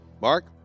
Mark